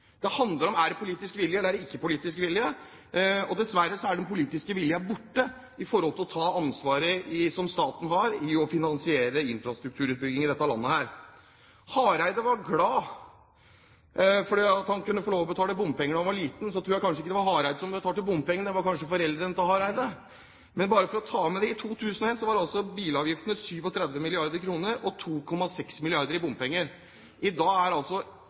Det handler om: Er det politisk vilje, eller er det ikke politisk vilje? Og dessverre er den politiske viljen borte når det gjelder det ansvaret staten har til å finansiere infrastrukturutbygging i dette landet her. Hareide var glad for at han kunne få lov til å betale bompenger da han var liten – jeg tror kanskje ikke det var Hareide som betalte bompengene, det var vel foreldrene til Hareide. Men bare for å ta med det: I 2001 var bilavgiftene 37 mrd. kr, og det var 2,6 mrd. kr i bompenger. I dag er altså